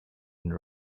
and